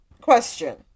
Question